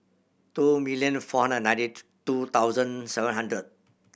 two million four hundred ninety two thousand seven hundred